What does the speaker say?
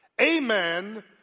amen